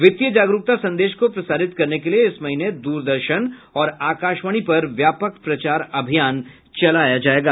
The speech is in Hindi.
वित्तीय जागरूकता संदेश को प्रसारित करने के लिए इस महीने दूरदर्शन और आकाशवाणी पर व्यापक प्रचार अभियान चलाया जाएगा